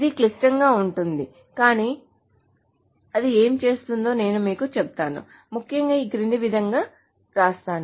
ఇది నిజంగా క్లిష్టంగా ఉంటుంది కానీ అది ఏమి చేస్తుందో నేను మీకు చెప్తాను ముఖ్యంగా ఈ క్రింది విధంగా వ్రాస్తాను